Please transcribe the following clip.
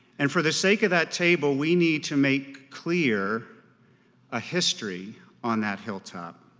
and for the sake of that table we need to make clear a history on that hilltop,